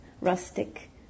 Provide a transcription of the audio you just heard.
rustic